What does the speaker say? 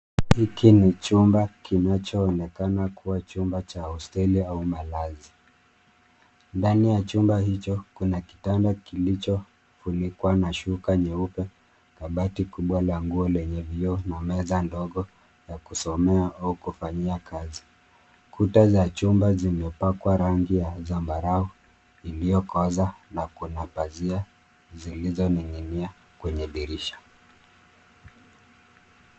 Hiki ni chumba kinachoonekana kuwa chumba cha hosteli au malazi. Ndani ya chumba hicho kuna kitanda kilichofunikwa na shuka nyeupe na kabati kubwa la nguo lenye vioo na meza ndogo la kusomea au kufanyia kazi. Kuta za chumba zimepakwa rangi ya zambarau iliyokoza na kuna pazia zilizong'ing'inia kwenye dirisha.